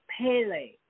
Pele